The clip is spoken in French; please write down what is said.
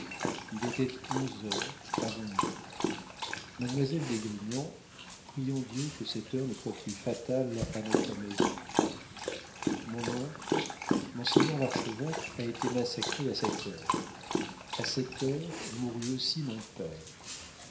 il était onze heures avant midi mademoiselle d'esgrignon prions dieu que cette heure ne soit plus fatale à notre maison mon oncle monseigneur l'archevêque a été massacré à cette heure à cette heure mourut aussi mon père